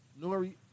Nori